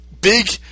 big